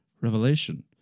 revelation